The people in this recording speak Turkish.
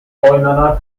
oynanan